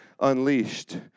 unleashed